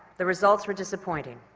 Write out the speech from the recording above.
the results were disappointing.